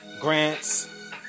grants